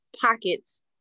pockets